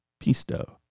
pisto